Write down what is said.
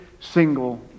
single